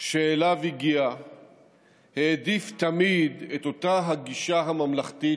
שאליו הגיע העדיף תמיד את אותה הגישה הממלכתית,